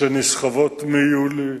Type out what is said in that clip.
שנסחבות מיולי.